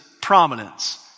prominence